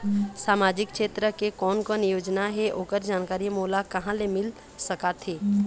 सामाजिक क्षेत्र के कोन कोन योजना हे ओकर जानकारी मोला कहा ले मिल सका थे?